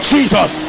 Jesus